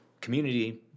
community